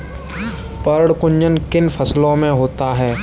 पर्ण कुंचन किन फसलों में होता है?